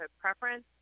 preference